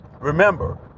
remember